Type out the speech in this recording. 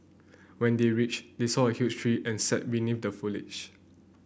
when they reached they saw a huge tree and sat beneath the foliage